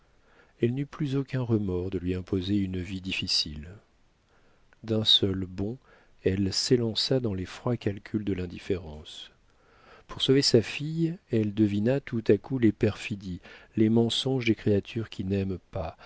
elle n'eut plus aucun remords de lui imposer une vie difficile d'un seul bond elle s'élança dans les froids calculs de l'indifférence pour sauver sa fille elle devina tout à coup les perfidies les mensonges des créatures qui n'aiment pas